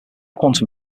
quantum